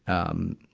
um,